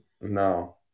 No